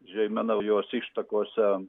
žeima naujose ištakose